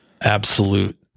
absolute